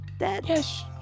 Yes